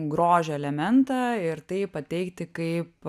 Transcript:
grožio elementą ir tai pateikti kaip